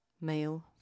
male